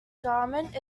garment